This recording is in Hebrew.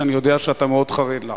שאני יודע שאתה מאוד חרד לה.